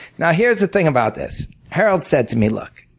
now, here's the thing about this. harold said to me look,